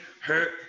hurt